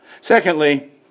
Secondly